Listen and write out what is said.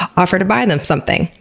offer to buy them something.